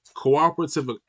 Cooperative